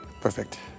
Perfect